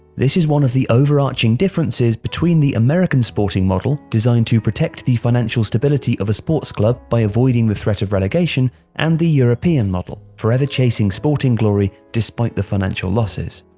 this is one of the overarching differences between the american sporting model designed to protect the financial stability of a sports club by avoiding the threat of relegation and the european model, forever chasing sporting glory despite financial losses.